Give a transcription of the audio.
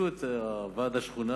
שפשוט ועד השכונה,